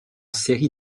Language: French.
série